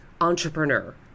entrepreneur